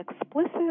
explicit